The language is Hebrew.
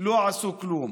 לא עשו כלום.